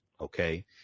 okay